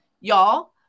y'all